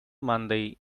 monday